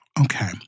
Okay